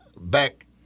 back